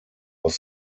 was